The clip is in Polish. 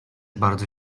bardzo